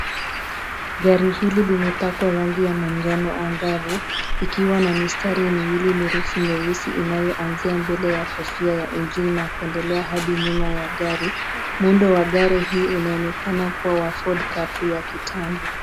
Gari hili limepakwa rangi ya manjano agavu likiwa na mistari miwili mirefu mieusi inayoanzia mbele ya kofia ya injin nakuendelea hadi nyuma ya gari. Muundo wa gari hii unaonekana kuwa wa Ford Capri ya kitambo.